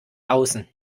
außen